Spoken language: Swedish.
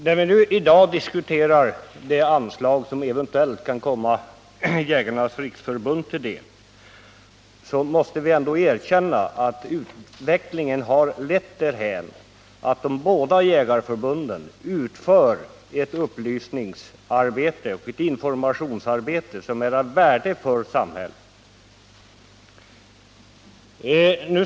När vi nu diskuterar det anslag som eventuellt kan komma Jägarnas riksförbund till del måste vi ändå erkänna att utvecklingen har lett därhän att de båda jägarförbunden utför ett upplysningsoch informationsarbete som är av värde för samhället.